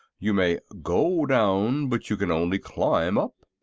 you may go down, but you can only climb up.